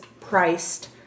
priced